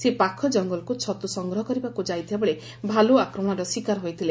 ସେ ପାଖ ଜଙ୍ଗଲକୁ ଛତୁ ସଂଗ୍ରହ କରିବାକୁ ଯାଇଥିବାବେଳେ ଭାଲୁ ଆକ୍ରମଣର ଶିକାର ହୋଇଥିଲେ